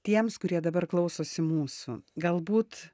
tiems kurie dabar klausosi mūsų galbūt